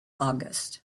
august